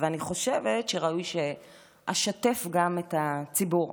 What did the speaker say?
ואני חושבת שראוי שאשתף גם את הציבור.